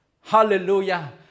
Hallelujah